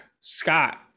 scott